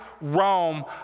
Rome